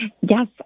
Yes